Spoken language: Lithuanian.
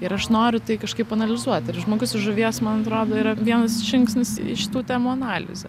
ir aš noriu tai kažkaip analizuot ir žmogus žuvies man atrodo yra vienas žingsnis į šitų temų analizę